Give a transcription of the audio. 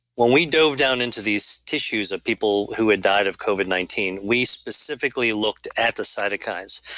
when we dove down into these tissues of people who had died of covid nineteen, we specifically looked at the cytokines.